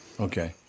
Okay